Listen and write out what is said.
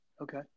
Okay